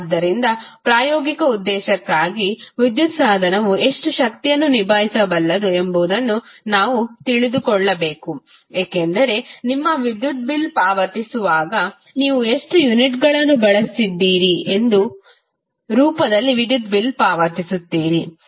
ಆದ್ದರಿಂದ ಪ್ರಾಯೋಗಿಕ ಉದ್ದೇಶಕ್ಕಾಗಿ ವಿದ್ಯುತ್ ಸಾಧನವು ಎಷ್ಟು ಶಕ್ತಿಯನ್ನು ನಿಭಾಯಿಸಬಲ್ಲದು ಎಂಬುದನ್ನು ನಾವು ತಿಳಿದುಕೊಳ್ಳಬೇಕು ಏಕೆಂದರೆ ನಿಮ್ಮ ವಿದ್ಯುತ್ ಬಿಲ್ ಪಾವತಿಸುವಾಗ ನೀವು ಎಷ್ಟು ಯೂನಿಟ್ಗಳನ್ನು ಬಳಸಿದ್ದೀರಿ ಎಂಬ ರೂಪದಲ್ಲಿ ವಿದ್ಯುತ್ ಬಿಲ್ ಪಾವತಿಸುತ್ತೀರಿ